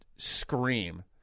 scream